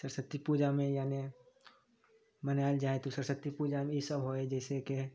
सरस्वती पूजामे यानी मनायल जाइ है तऽ सरस्वती पूजामे ईसब होइ है जैसे की